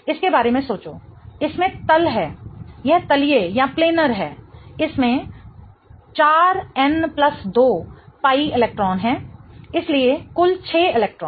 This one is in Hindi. इसके बारे में सोचो इसमें तल है यह तलिए है इसमें 4n 2 पाई इलेक्ट्रॉन हैं इसलिए कुल 6 इलेक्ट्रॉन